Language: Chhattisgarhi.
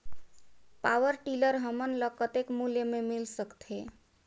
पावरटीलर हमन ल कतेक मूल्य मे मिल सकथे?